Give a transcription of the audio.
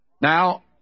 Now